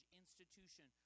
institution